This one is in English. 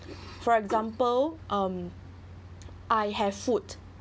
for example um I have food